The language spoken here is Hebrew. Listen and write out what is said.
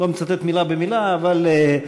לא מצטט מילה במילה אבל: